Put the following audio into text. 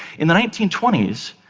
in the nineteen twenty s,